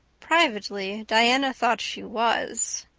privately, diana thought she was.